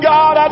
God